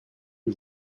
les